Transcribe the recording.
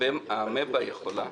האמבה יכולה.